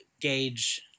gauge